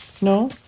No